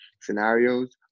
scenarios